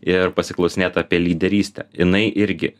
ir pasiklausinėt apie lyderystę jinai irgi